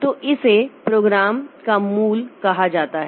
तो इसे प्रोग्राम का मूल कहा जाता है